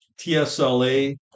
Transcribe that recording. TSLA